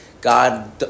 God